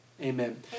Amen